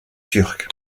turques